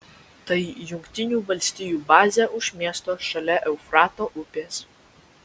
tai jungtinių valstijų bazė už miesto šalia eufrato upės